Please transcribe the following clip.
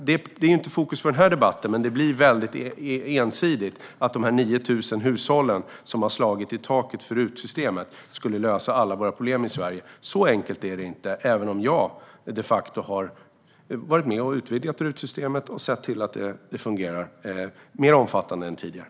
Det är inte fokus i den här debatten, men det blir väldigt ensidigt att de 9 000 hushåll som har slagit i taket för RUT-systemet skulle lösa alla våra problem i Sverige. Så enkelt är det inte, även om jag de facto har varit med och utvidgat RUT-systemet och sett till att det är mer omfattande än tidigare.